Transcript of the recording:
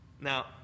Now